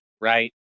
right